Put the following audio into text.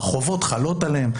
החובות חלות עליהן.